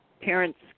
parents